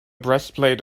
breastplate